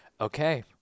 okay